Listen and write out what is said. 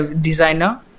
designer